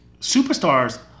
superstars